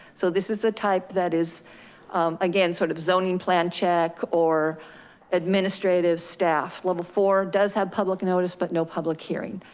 so this is the type that is again, sort of zoning plan check or administrative staff level four does have public notice, but no public hearing.